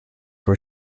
were